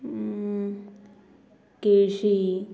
केळशी